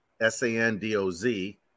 S-A-N-D-O-Z